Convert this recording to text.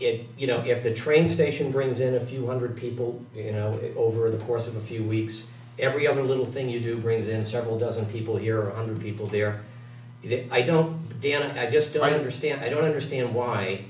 it you know give the train station brings in a few hundred people you know over the course of a few weeks every other little thing you do brings in several dozen people here other people there i don't dan and i just don't understand i don't understand why